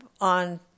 on